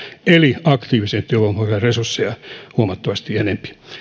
eli aktiivisen työvoimapolitiikan resursseja huomattavasti enempi